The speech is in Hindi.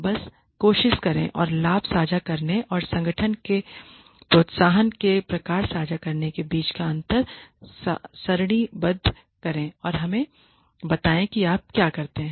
बस कोशिश करें और लाभ साझा करने और संगठन के लिए प्रोत्साहन के प्रकार साझा करने के बीच के अंतर को सारणीबद्ध करें और हमें बताएं कि आप क्या करते हैं